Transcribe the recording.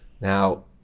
Now